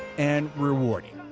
and rewarding.